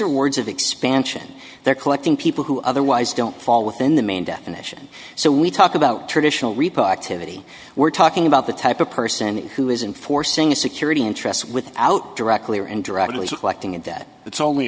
are words of expansion they're collecting people who otherwise don't fall within the main definition so we talk about traditional repack to me we're talking about the type of person who isn't forcing security interests without directly or indirectly selecting it that it's only